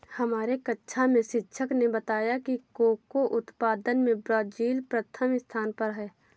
हमारे कक्षा में शिक्षक ने बताया कि कोको उत्पादन में ब्राजील प्रथम स्थान पर है